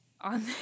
on